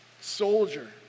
soldier